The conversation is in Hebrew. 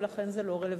ולכן זה לא רלוונטי.